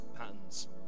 patterns